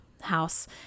house